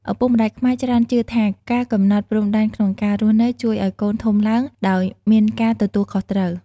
ឪពុកម្តាយខ្មែរច្រើនជឿថាការកំណត់ព្រំដែនក្នុងការរស់នៅ ជួយឱ្យកូនធំឡើងដោយមានការទទួលខុសត្រូវ។